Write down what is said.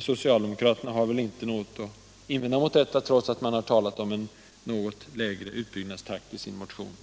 Socialdemokraterna har väl inte något att invända mot detta, förmodar jag, trots att man har talat om en något lägre utbyggnadstakt i sin motion.